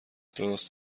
درست